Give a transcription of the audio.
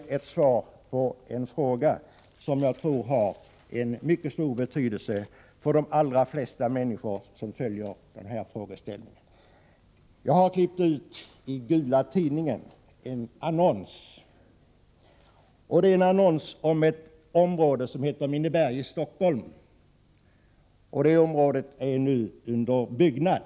Det är en fråga som jag tror har en mycket stor betydelse för de allra flesta människor som följer den här debatten. Jag har ur Gula tidningen klippt ut en annons. Det är en annons om ett område i Stockholm som heter Minneberg och som nu är under uppbyggnad.